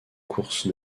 course